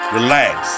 Relax